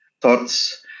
thoughts